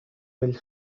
will